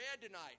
tonight